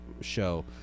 show